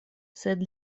sed